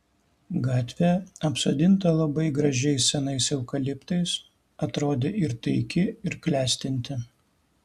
gatvė apsodinta labai gražiais senais eukaliptais atrodė ir taiki ir klestinti